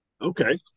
Okay